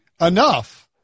enough